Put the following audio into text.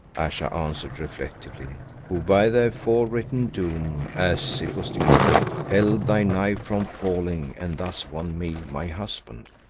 ayesha answered reflectively, who by their forewritten doom, as it was decreed, held thy knife from falling and thus won me my husband.